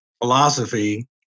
philosophy